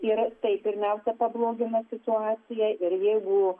ir tai pirmiausia pablogina situaciją ir jeogu